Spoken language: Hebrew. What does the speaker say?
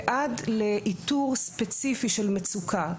ועד לאיתור ספציפי של מצוקה.